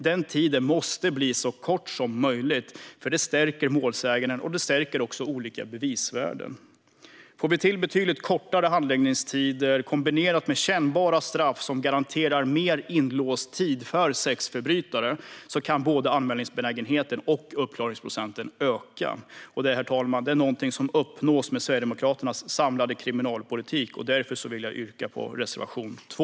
Den här tiden måste bli så kort som möjligt, för det stärker målsäganden och det stärker också olika bevisvärden. Får vi till betydligt kortare handläggningstider kombinerat med kännbara straff som garanterar mer inlåst tid för sexförbrytare kan både anmälningsbenägenheten och uppklaringsprocenten öka. Och det, herr talman, är något som kan uppnås med Sverigedemokraternas samlade kriminalpolitik. Jag yrkar avslutningsvis därför bifall till reservation 2.